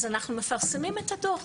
אנחנו מפרסמים את הדוח.